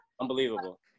Unbelievable